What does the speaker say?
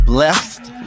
Blessed